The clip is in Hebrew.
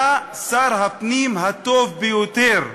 היה שר הפנים הטוב ביותר,